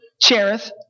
Cherith